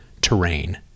terrain